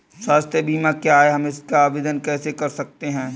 स्वास्थ्य बीमा क्या है हम इसका आवेदन कैसे कर सकते हैं?